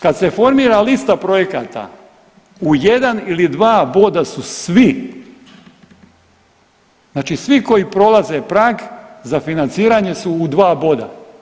Kad se formira lista projekata u jedan ili dva boda su svi, znači svi koji prolaze prag za financiranje su u dva boda.